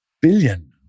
billion